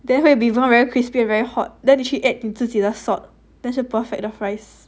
then it will be very crispy and very hot then 你自己 add 你自己的 salt then 就 perfect 的 fries